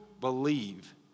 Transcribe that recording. believe